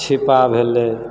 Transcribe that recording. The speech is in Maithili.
छिप्पा भेलै